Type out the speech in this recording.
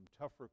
tougher